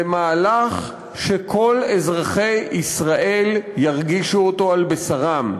זה מהלך שכל אזרחי ישראל ירגישו על בשרם,